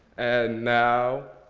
and, now,